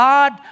God